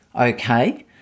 okay